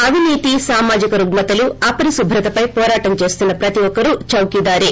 అవినీతి సామాజిక రుగ్గతలు అపరిశుభ్రతపై వోరాటం చేస్తున్న ప్రతి ఒక్కరూ చౌకీదారే